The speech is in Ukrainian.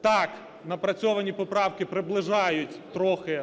Так, напрацьовані поправки приближають трохи,